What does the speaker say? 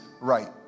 right